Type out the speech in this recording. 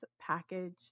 package